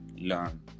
learn